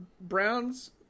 browns